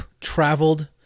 traveled